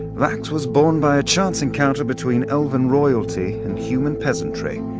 vax was born by a chance encounter between elven royalty and human peasantry.